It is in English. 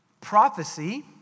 prophecy